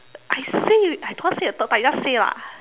I say already I don't want to say the third time you just say lah